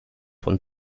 von